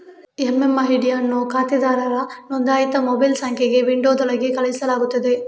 MMID ಅನ್ನು ಖಾತೆದಾರರ ನೋಂದಾಯಿತ ಮೊಬೈಲ್ ಸಂಖ್ಯೆಗೆ ವಿಂಡೋದೊಳಗೆ ಕಳುಹಿಸಲಾಗುತ್ತದೆ